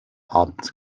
abends